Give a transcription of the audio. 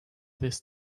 this